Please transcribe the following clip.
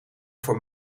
voor